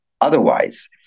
Otherwise